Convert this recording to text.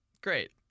great